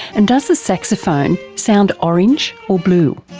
and does the saxophone sound orange or blue?